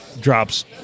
drops